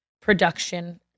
production